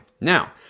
now